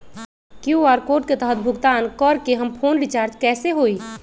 QR code के तहद भुगतान करके हम फोन रिचार्ज कैसे होई?